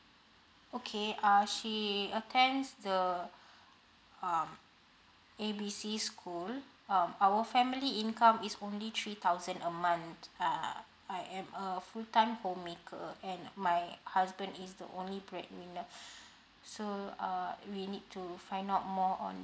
okay err she attends the um A B C school um our family income is only three thousand a month uh I am a full time homemaker and my husband is the only breadwinner so uh we need to find out more on